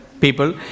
people